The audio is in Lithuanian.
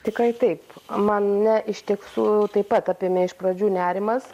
tikrai taip mane iš tiesų taip pat apėmė iš pradžių nerimas